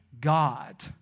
God